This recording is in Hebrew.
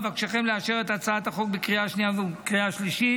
אבקשכם לאשר את הצעת החוק בקריאה השנייה ובקריאה השלישית.